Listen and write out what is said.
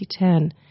2010